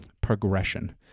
progression